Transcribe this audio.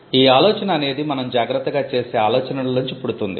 ఈ నూతన ఆలోచన అనేది మనం జాగ్రత్తగా చేసే ఆలోచనల్లోంచి పుడుతుంది